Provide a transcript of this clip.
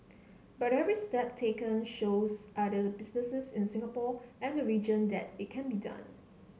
but every step taken shows other businesses in Singapore and the region that it can be done